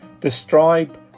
describe